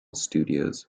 studios